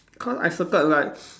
cause I circled like